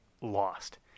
lost